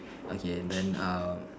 okay then err